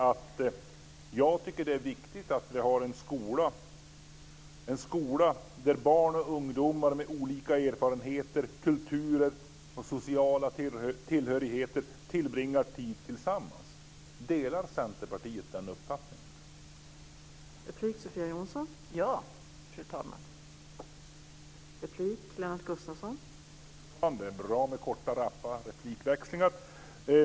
Det är bra med korta, rappa replikväxlingar.